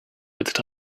that